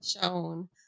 shown